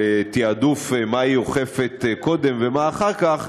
תעדוף של מה היא אוכפת קודם ומה אחר כך,